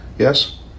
Yes